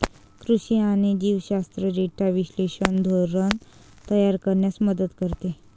कृषी आणि जीवशास्त्र डेटा विश्लेषण धोरण तयार करण्यास मदत करते